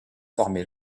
former